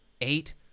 eight